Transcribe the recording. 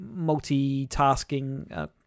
multitasking